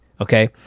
okay